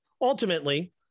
ultimately